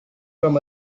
from